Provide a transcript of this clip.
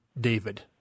David